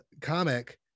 comic